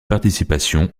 participation